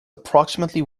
approximately